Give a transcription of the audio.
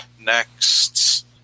next